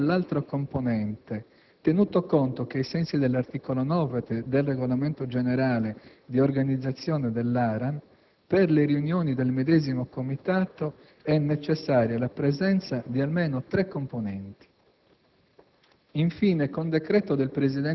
per effetto delle dimissioni presentate dall'altro componente, tenuto conto che, ai sensi dell'articolo 9 del regolamento generale di organizzazione dell'ARAN, per le riunioni del medesimo Comitato è necessaria la presenza di almeno tre componenti.